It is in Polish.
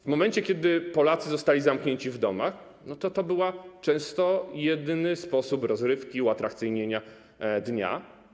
W momencie, kiedy Polacy zostali zamknięci w domach, był to często jedyny sposób rozrywki, uatrakcyjnienia dnia.